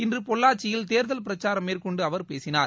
இன்று பொள்ளாச்சியில் தேர்தல் பிரச்சாரம் மேற்கொண்டு அவர் பேசினார்